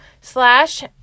slash